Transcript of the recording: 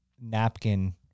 napkin